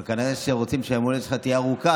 כנראה רוצים שיום ההולדת שלך יהיה ארוך,